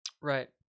Right